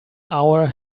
our